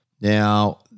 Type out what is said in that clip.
Now